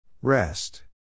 Rest